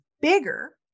bigger